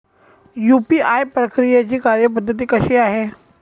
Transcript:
UPI प्रक्रियेची कार्यपद्धती कशी आहे?